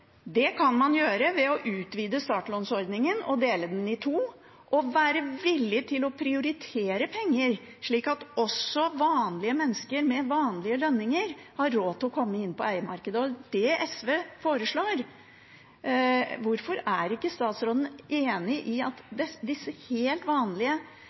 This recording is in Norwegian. Dette kan man gjøre ved å utvide startlånsordningen og dele den i to og være villig til å prioritere penger, slik at også vanlige mennesker med vanlige lønninger har råd til å komme inn på eiemarkedet. Det er det SV foreslår. Hvorfor er ikke statsråden enig i at de som har helt vanlige